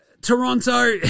Toronto